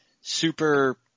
super